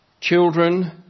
Children